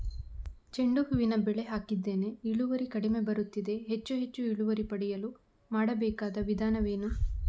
ಚೆಂಡು ಹೂವಿನ ಬೆಳೆ ಹಾಕಿದ್ದೇನೆ, ಇಳುವರಿ ಕಡಿಮೆ ಬರುತ್ತಿದೆ, ಹೆಚ್ಚು ಹೆಚ್ಚು ಇಳುವರಿ ಪಡೆಯಲು ಮಾಡಬೇಕಾದ ವಿಧಾನವೇನು?